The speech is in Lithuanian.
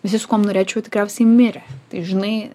visi su kuom norėčiau tikriausiai mirę tai žinai